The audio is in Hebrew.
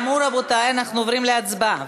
כאמור, רבותי, אנחנו עוברים להצבעה.